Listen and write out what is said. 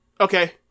Okay